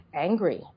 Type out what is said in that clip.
angry